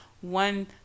one